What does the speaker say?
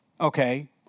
okay